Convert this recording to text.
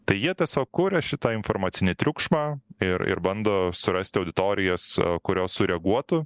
tai jie tiesiog kuria šitą informacinį triukšmą ir ir bando surasti auditorijas kurios sureaguotų